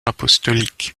apostolique